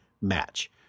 match